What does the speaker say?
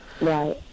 right